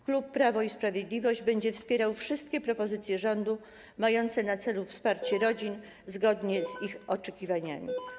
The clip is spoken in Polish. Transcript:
Klub Prawo i Sprawiedliwość będzie wspierał wszystkie propozycje rządu mające na celu wsparcie rodzin zgodnie z ich oczekiwaniami.